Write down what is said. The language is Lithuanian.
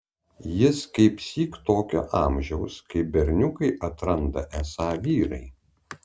jis kaipsyk tokio amžiaus kai berniukai atranda esą vyrai